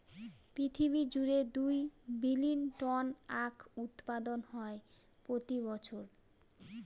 পৃথিবী জুড়ে দুই বিলীন টন আখ উৎপাদন হয় প্রতি বছর